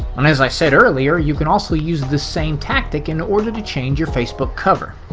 and, as i said earlier, you can also use the same tactic in order to change your facebook cover.